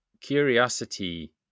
Curiosity